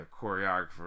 choreographer